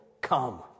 come